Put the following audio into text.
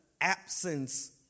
absence